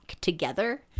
together